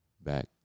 back